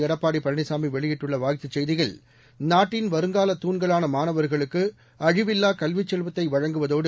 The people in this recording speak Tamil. எடப்பாடி பழனிசாமி வெளியிட்டுள்ள வாழ்த்துச் செய்தியில் நாட்டின் வருங்காலத் தூண்களான மாணவர்களுக்கு அழிவில்லா கல்விச் செல்வத்தை வழங்குவதோடு